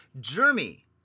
Jeremy